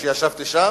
כשישבתי שם,